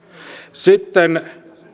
sitten